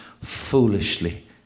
foolishly